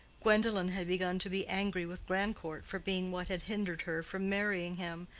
gwendolen had begun to be angry with grandcourt for being what had hindered her from marrying him,